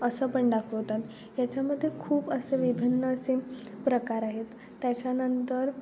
असं पण दाखवतात याच्यामध्ये खूप असं विभिन्न असे प्रकार आहेत त्याच्यानंतर